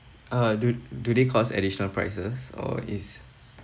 uh do do they cause additional prices or is